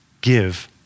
give